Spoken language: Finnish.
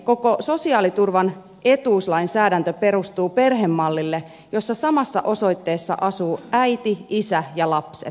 koko sosiaaliturvan etuuslainsäädäntö perustuu perhemallille jossa samassa osoitteessa asuu äiti isä ja lapset